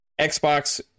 Xbox